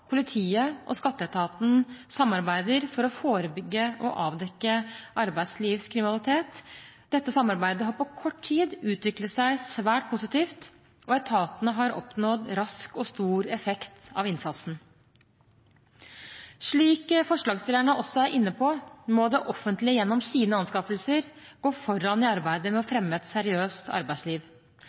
politiet og skatteetaten samarbeider for å forebygge og avdekke arbeidslivskriminalitet. Dette samarbeidet har på kort tid utviklet seg svært positivt, og etatene har oppnådd rask og stor effekt av innsatsen. Slik forslagsstillerne også er inne på, må det offentlige gjennom sine anskaffelser gå foran i arbeidet med å fremme et seriøst arbeidsliv.